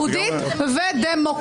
מדינה יהודית ודמוקרטית.